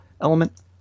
element